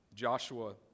Joshua